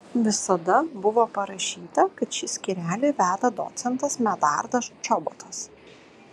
visada buvo parašyta kad šį skyrelį veda docentas medardas čobotas